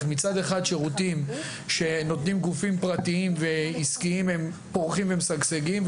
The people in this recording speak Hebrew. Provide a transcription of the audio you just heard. איך מצד אחד שירותים שנותנים גופים פרטיים ועסקים הם פורחים ומשגשגים,